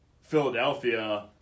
Philadelphia